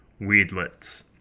weedlets